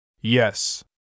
Yes